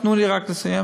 תנו לי רק לסיים,